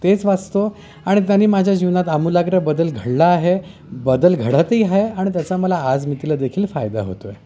तेच वाचतो आणि त्यांनी माझ्या जीवनात आमूलाग्र बदल घडला आहे बदल घडतही आहे आणि त्याचा मला आज मितीला देखील फायदा होतो आहे